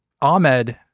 Ahmed